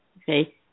Okay